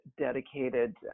dedicated